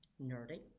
nerdy